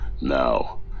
Now